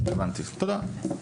הבנתי, תודה.